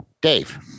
Dave